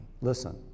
listen